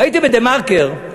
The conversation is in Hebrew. ראיתי ב"דה-מרקר"